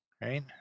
right